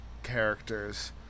characters